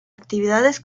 actividades